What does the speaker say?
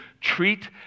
treat